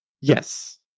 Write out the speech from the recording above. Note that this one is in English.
Yes